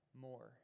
more